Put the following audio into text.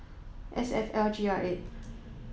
S F L G R eight